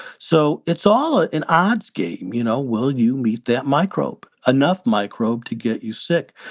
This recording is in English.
so it's all ah an odds game. you know, will you meet that microbe enough microbe to get you sick?